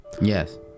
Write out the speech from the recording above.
Yes